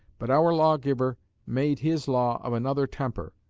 but our lawgiver made his law of another temper.